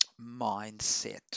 mindset